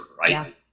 right